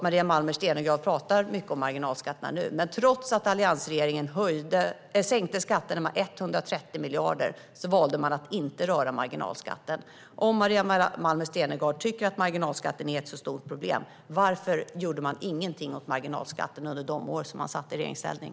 Maria Malmer Stenergard talar mycket om marginalskatterna. Men trots att alliansregeringen sänkte skatterna med 130 miljarder valde man att inte röra marginalskatten. Om Maria Malmer Stenergard och Moderaterna tycker att den är ett så stort problem, varför gjorde man då inget åt marginalskatten under de år man satt i regeringsställning?